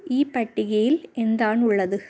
ഈ പട്ടികയിൽ എന്താണുള്ളത്